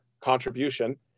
contribution